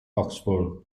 oxford